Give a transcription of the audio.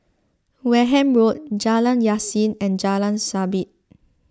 Wareham Road Jalan Yasin and Jalan Sabit